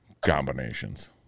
combinations